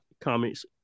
comments